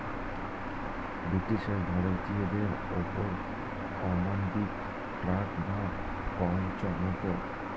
ব্রিটিশরা ভারতীয়দের ওপর অমানবিক ট্যাক্স বা কর চাপাতো